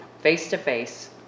face-to-face